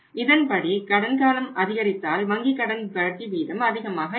இதன்படி கடன் காலம் அதிகரித்தால் வங்கி கடன் வட்டி வீதம் அதிகமாக இருக்கும்